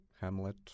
Hamlet